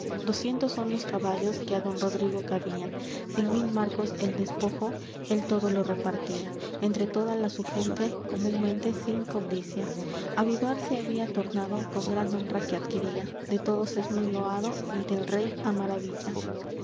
doscientos son los caballos que á don rodrigo cabían cien mil marcos el despojo él todo lo repartía entre toda la su gente comunmente sin cobdicia á vivar se había tornado con gran honra que adquiría de todos es muy loado y del rey á maravilla